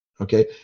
okay